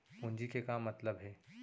पूंजी के का मतलब हे?